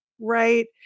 right